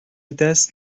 دست